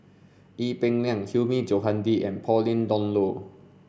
Ee Peng Liang Hilmi Johandi and Pauline Dawn Loh